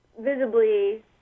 visibly